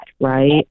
right